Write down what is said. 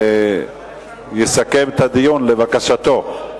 לסכם את הדיון לבקשתו.